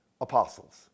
apostles